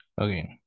Okay